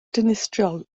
dinistriol